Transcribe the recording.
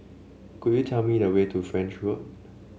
could you tell me the way to French Road